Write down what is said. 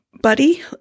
buddy